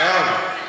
מירב,